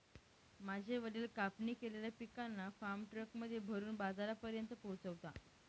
माझे वडील कापणी केलेल्या पिकांना फार्म ट्रक मध्ये भरून बाजारापर्यंत पोहोचवता